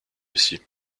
aussi